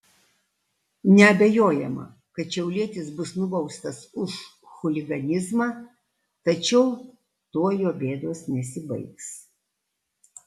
neabejojama kad šiaulietis bus nubaustas už chuliganizmą tačiau tuo jo bėdos nesibaigs